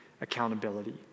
accountability